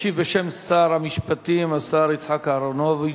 ישיב בשם שר המשפטים השר יצחק אהרונוביץ,